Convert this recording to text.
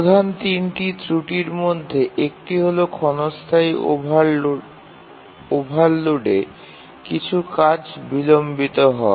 প্রধান তিনটি ত্রুটির মধ্যে একটি হল ক্ষণস্থায়ী ওভারলোডে কিছু কাজ বিলম্বিত হওয়া